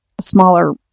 smaller